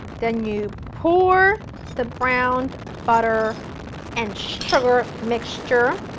then you pour the browned butter and sugar mixture